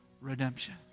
redemption